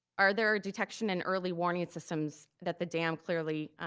are there detection and early warning systems that the dam clearly